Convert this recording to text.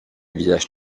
visage